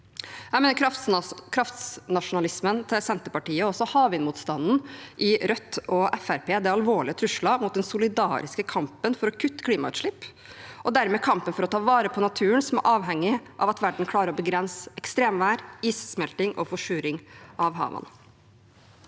Jeg mener kraftnasjonalismen til Senterpartiet og også havvindmotstanden i Rødt og Fremskrittspartiet er alvorlige trusler mot den solidariske kampen for å kutte klimagassutslipp, og dermed kampen for å ta vare på naturen, som er avhengig av at verden klarer å begrense ekstremvær, issmelting og forsuring av havene.